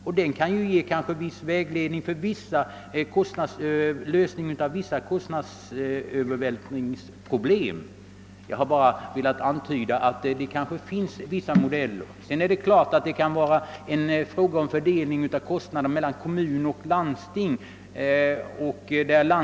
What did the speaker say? För lösningen av vissa kostnadsövervältringsproblem kan den kanske ge vägledning. Jag har därmed velat antyda att det kanske finns vissa modeller. Det är klart att det också kan vara fråga om fördelning av kostnaderna mellan kommun och landsting.